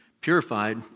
purified